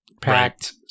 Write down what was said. packed